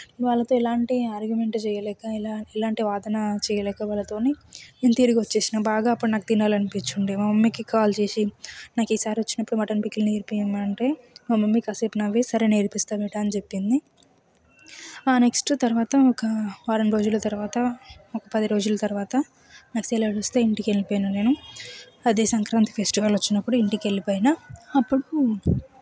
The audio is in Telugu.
వాళ్లతో ఎలాంటి ఆర్గ్యుమెంట్ చేయలేక ఎలా ఎలాంటి వాదన చేయలేక వాళ్ళతోని నేను తిరిగి వచ్చేసిన నాకు బాగా అప్పుడు తినాలి అనిపించుండె మా మమ్మీకి కాల్ చేసి నాకు ఈసారి వచ్చినప్పుడు మటన్ పిక్కిల్ నేర్పి అమ్మ అంటే మా మమ్మీ కాసేపు నవ్వి సరే నేర్పిస్తా బేటా అని చెప్పింది ఆ నెక్స్ట్ తర్వాత ఒక వారం రోజులు తర్వాత పది రోజుల తర్వాత నాకు సెలవులు వస్తే ఇంటికి వెళ్ళిపోయినా నేను అదే సంక్రాంతి ఫెస్టివల్ వచ్చినప్పుడు ఇంటికి వెళ్లిపోయిన అప్పుడు